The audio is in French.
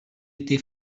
été